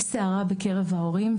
יש סערה בקרב ההורים,